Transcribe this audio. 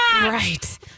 Right